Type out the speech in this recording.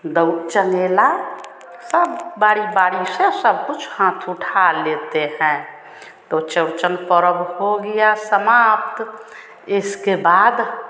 दौ चन्गेरा सब बारी बारी से सबकुछ हाथ उठा लेते हैं तो चौरचन परब हो गया समाप्त